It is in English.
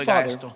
Father